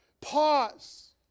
pause